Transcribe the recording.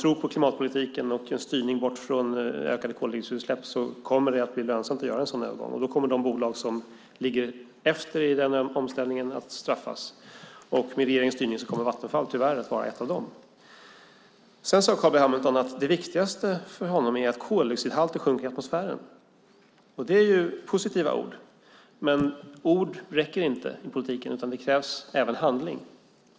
Tror man på klimatpolitiken och en styrning bort från ökade koldioxidutsläpp kommer det att bli lönsamt att göra en sådan här övergång. Då kommer de bolag som ligger efter i omställningen att straffas. Med regeringens styrning kommer Vattenfall tyvärr att vara ett av dem. Carl B Hamilton sade att det viktigaste för honom är att koldioxidhalten i atmosfären sjunker. Det är positiva ord, men ord räcker inte i politiken. Det krävs även handling.